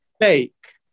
fake